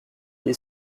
clé